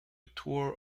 tour